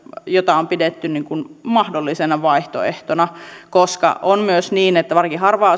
jota on pidetty mahdollisena vaihtoehtona koska on myös niin että varsinkin harvaan